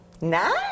Nice